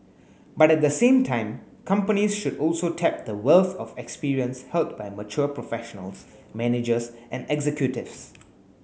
but at the same time companies should also tap the wealth of experience held by mature professionals managers and executives